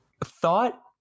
thought